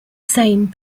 same